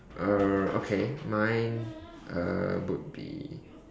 err okay mine err would be